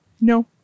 No